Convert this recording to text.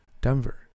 Denver